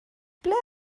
ble